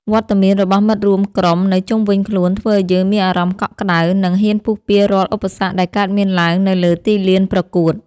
វត្តមានរបស់មិត្តរួមក្រុមនៅជុំវិញខ្លួនធ្វើឱ្យយើងមានអារម្មណ៍កក់ក្តៅ និង ហ៊ានពុះពាររាល់ឧបសគ្គដែលកើតមានឡើងនៅលើទីលានប្រកួត។